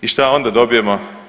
I šta onda dobijemo?